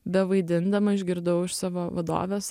bevaidindama išgirdau iš savo vadovės